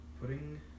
putting